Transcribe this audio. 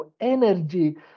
energy